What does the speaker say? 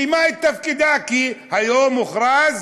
היא סיימה את תפקידה, כי היום הוכרז